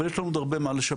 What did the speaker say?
אבל יש לנו עוד הרבה מה לשפר.